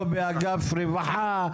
לא באגף רווחה.